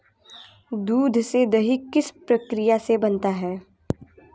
दूध से दही किस प्रक्रिया से बनता है?